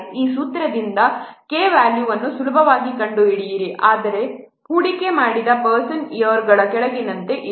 ಈ ಸೂತ್ರದಿಂದ ನೀವು K ವ್ಯಾಲ್ಯೂವನ್ನು ಸುಲಭವಾಗಿ ಕಂಡುಹಿಡಿಯಿರಿ ಅಂದರೆ ಹೂಡಿಕೆ ಮಾಡಿದ ಪರ್ಸನ್ ಇಯರ್ಗಳು ಈ ಕೆಳಗಿನಂತೆ ಇದೆ